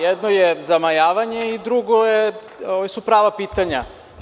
Jedno je zamajavanje i drugo su prava pitanja.